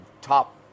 top